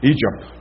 Egypt